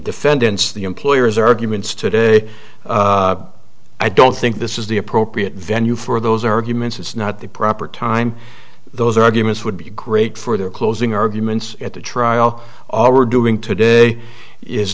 defendants the employers arguments today i don't think this is the appropriate venue for those arguments it's not the proper time those arguments would be great for their closing arguments at the trial already doing today is